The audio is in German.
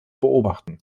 beobachten